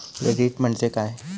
Credit म्हणजे काय?